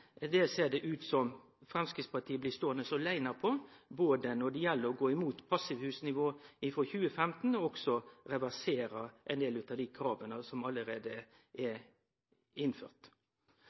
Det ser det ut som Framstegspartiet blir ståande aleine om, både når det gjeld å gå imot passivhusnivå frå 2015, og når det gjeld å reversere nokon av dei krava som allereie er